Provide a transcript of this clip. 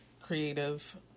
creative